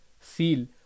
seal